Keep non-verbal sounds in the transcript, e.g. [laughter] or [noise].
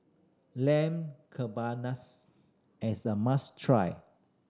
Lamb [unintelligible] is a must try